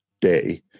day